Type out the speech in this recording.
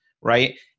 right